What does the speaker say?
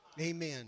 Amen